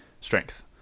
strength